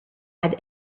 had